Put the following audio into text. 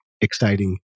exciting